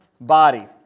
body